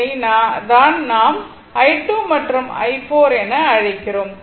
அதை தான் நாம் i2 மற்றும் i4 என அழைக்கிறோம்